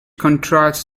contrasts